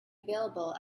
available